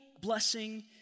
blessing